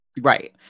Right